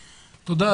תודה,